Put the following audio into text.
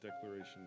declaration